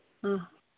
ꯑꯥ